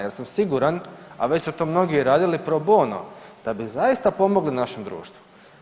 Ja sam siguran, a već su to mnogi radili pro bono da bi zaista pomogli našem društvu.